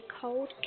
cold